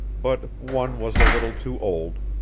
but one was a little too old,